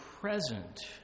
present